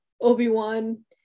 Obi-Wan